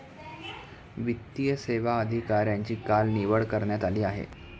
वित्तीय सेवा अधिकाऱ्यांची काल निवड करण्यात आली आहे